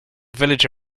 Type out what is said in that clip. village